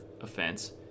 offense